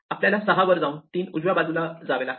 आपल्याला 6 वर जाऊन 3 उजव्या बाजूला जावे लागते